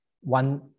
one